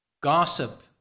gossip